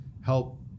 help